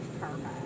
perfect